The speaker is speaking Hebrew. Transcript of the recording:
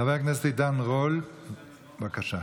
חבר הכנסת עידן רול, בבקשה.